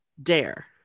dare